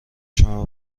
شما